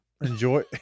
enjoy